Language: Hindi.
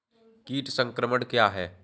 कीट संक्रमण क्या है?